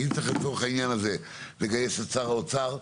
ואם צריך לצורך העניין הזה לגייס את שר האוצר,